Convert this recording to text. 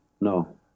No